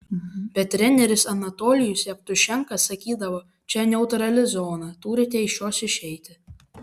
bet treneris anatolijus jevtušenka sakydavo čia neutrali zona turite iš jos išeiti